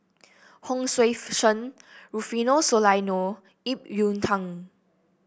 Hon Sui Sen Rufino Soliano Ip Yiu Tung